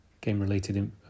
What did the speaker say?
game-related